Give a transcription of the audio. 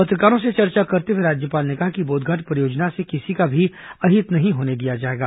पत्रकारों से चर्चा करते हुए राज्यपाल ने कहा कि बोधघाट परियोजना से किसी का भी अहित होने नहीं दिया जाएगा